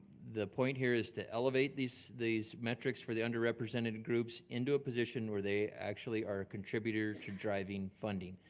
the point here is to elevate these these metrics for the underrepresented and groups into a position where they actually are contributor to driving funding.